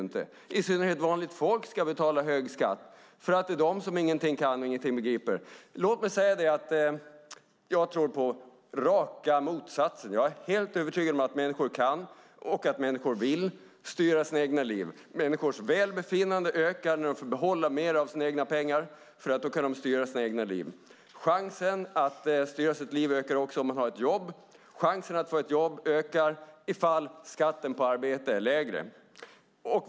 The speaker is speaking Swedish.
I synnerhet vanligt folk ska betala hög skatt för att de ingenting kan och ingenting begriper. Låt mig säga att jag tror på raka motsatsen. Jag är helt övertygad om att människor kan och vill styra sina egna liv. Människors välbefinnande ökar när de får behålla mer av sina egna pengar, för då kan de styra sina egna liv. Chansen att kunna styra sitt liv ökar om man har ett jobb. Chansen att få ett jobb ökar om skatten på arbete är lägre.